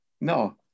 No